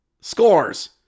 Scores